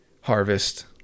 harvest